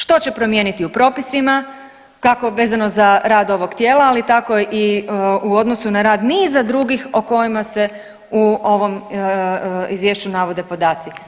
Što će promijeniti u propisima, kako vezano za rad ovog tijela, ali tako i u odnosu na rad niza drugih o kojima se u ovom Izvješću navode podaci.